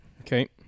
Okay